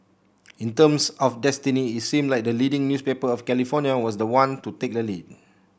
in terms of destiny it seemed like the leading newspaper of California was the one to take the lead